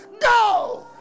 Go